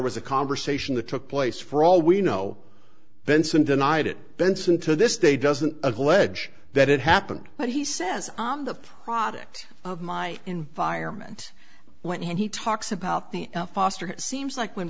was a conversation that took place for all we know benson denied it benson to this day doesn't allege that it happened but he says on the product of my environment when he talks about the foster it seems like when